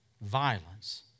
violence